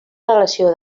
relació